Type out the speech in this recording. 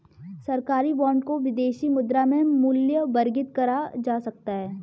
सरकारी बॉन्ड को विदेशी मुद्रा में मूल्यवर्गित करा जा सकता है